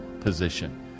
position